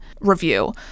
review